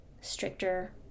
stricter